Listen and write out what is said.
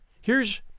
Here's